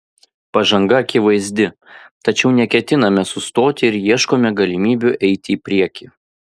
pažanga akivaizdi tačiau neketiname sustoti ir ieškome galimybių eiti į priekį